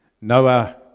Noah